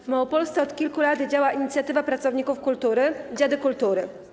W Małopolsce od kilku lat działa inicjatywa pracowników kultury Dziady Kultury.